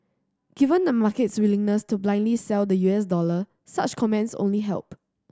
given the market's willingness to blindly sell the U S dollar such comments only help